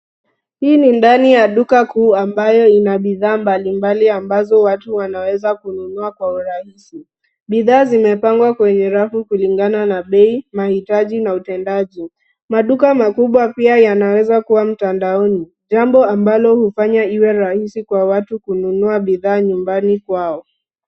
Hii ni ndani ya duka kuu ambayo ina bidhaa mbalimbali ambazo watu wanaweza kununua kwa urahisi. Bidhaa zimepangwa kwenye rafu kulingana na bei, mahitaji na utendaji. Maduka makubwa pia yanaweza kuwa mtandaoni jambo ambalo hufanya iwe rahisi kwa watu kununua bidhaa nyumbani kwao.